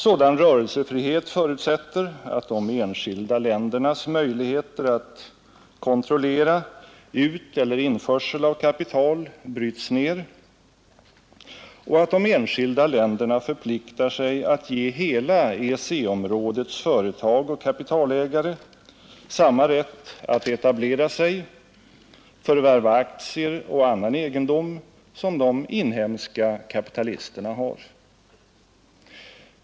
Sådan rörelsefrihet förutsätter att de enskilda ländernas möjlighet att kontrollera uteller inflödet av kapital bryts ned, och att de enskilda länderna förpliktar sig att ge hela EEC-områdets företag och kapitalägare samma rätt att etablera sig, förvärva aktier och annan egendom som de inhemska kapitalisterna har.